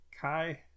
kai